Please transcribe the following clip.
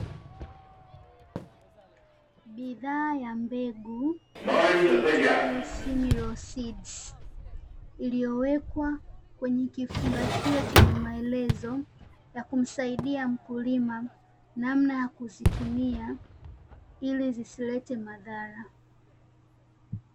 Bidhaa ya mbegu iitwayo "SIMLAW SEEDS", iliyowekwa kwenye kifungashio chenye maelezo ya kumsaidia mkulima namna ya kuzitumia, ili zisilete madhara.